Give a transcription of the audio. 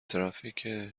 ترافیک